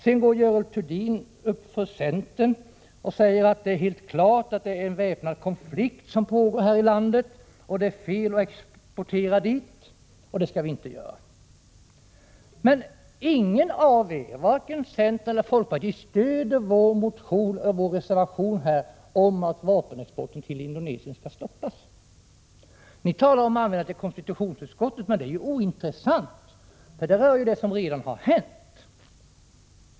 Sedan säger Görel Thurdin för centerns del att det är helt klart att en väpnad konflikt pågår i landet och att det är fel att exportera vapen till Indonesien. Men ingen av er, varken centern eller folkpartiet, stöder vår reservation om att vapenexporten till Indonesien skall stoppas. Ni talar om att ärendet anmälts till konstitutionsutskottet, men det är ju ointressant. Det rör något som redan har hänt.